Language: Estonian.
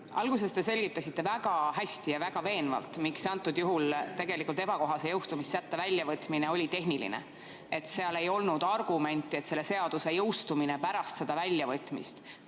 Alguses te selgitasite väga hästi ja väga veenvalt, miks antud juhul tegelikult ebakohase jõustumissätte väljavõtmine oli tehniline. Seal ei olnud argumenti, et selle seaduse jõustumine pärast seda väljavõtmist